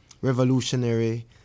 revolutionary